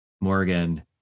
Morgan